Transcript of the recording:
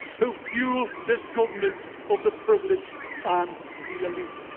who fuel this government of the privileged and the elite.